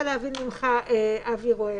להבין ממך אבי רואה.